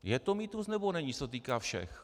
Je to mýtus, nebo není, že se to týká všech?